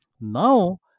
Now